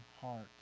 heart